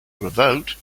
revoked